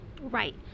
right